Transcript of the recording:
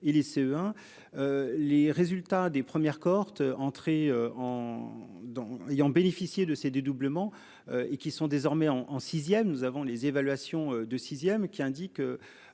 et les CE1. Les résultats des premières cohortes entré en dents ayant bénéficié de ces dédoublements et qui sont désormais en en sixième. Nous avons les évaluations de 6ème qui indique